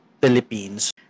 Philippines